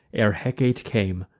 ere hecate came.